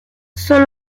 son